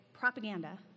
Propaganda